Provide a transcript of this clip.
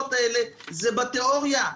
הפעולות האלה זה בתיאוריה.